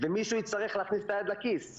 ומישהו יצטרך להכניס את היד לכיס.